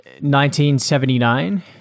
1979